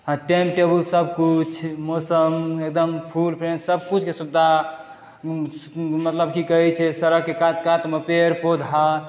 आ time table सब कुछ मौसम एकदम फूल पेड़ सब कुछकऽ सुविधा मतलब कि कहै छै सड़कके कात कातमे पेड़ पौधा